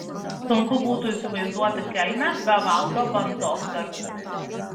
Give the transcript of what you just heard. sunku būtų įsivaizduoti kelmę be valdo bandzos darbų